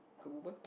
kau berbual